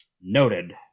Noted